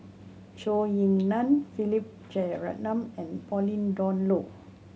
Zhou Ying Nan Philip Jeyaretnam and Pauline Dawn Loh